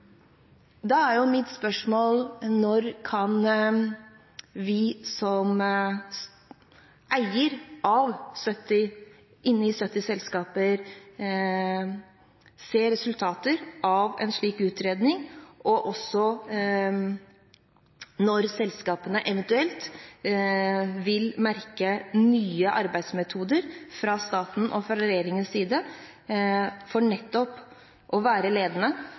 Da er mitt spørsmål: Når kan vi som eier, som er inne i 70 selskaper, se resultater av en slik utredning, og når vil selskapene eventuelt merke nye arbeidsmetoder fra staten og regjeringens side for å kunne være ledende